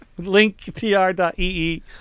linktr.ee